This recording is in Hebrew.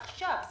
עכשיו.